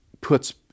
puts